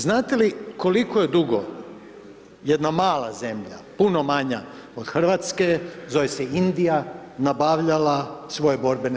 Znate li koliko je dugo jedna mala zemlja, puno manja od Hrvatske, zove se Indija nabavljala svoje borbene